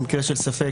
במקרה של ספק,